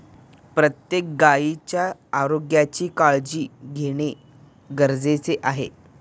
प्रत्येक गायीच्या आरोग्याची काळजी घेणे गरजेचे आहे